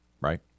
right